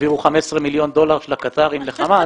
יעבירו 15 מיליון דולר של הקטארים לחמאס.